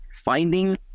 finding